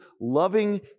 loving